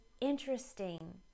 interesting